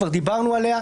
כבר דיברנו עליה.